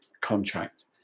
contract